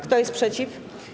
Kto jest przeciw?